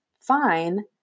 Fine